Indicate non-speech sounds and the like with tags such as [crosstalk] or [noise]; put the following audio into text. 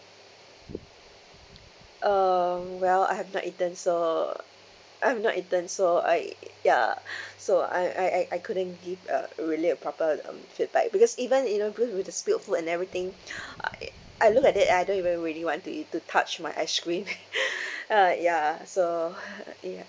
uh well I have not eaten so I have not eaten so I ya [breath] so I I I I couldn't give a really a proper um feedback because even you know because with the spilled food and everything [breath] I I look at that I don't even really want to eat to touch my ice cream [laughs] ah ya so [noise] ya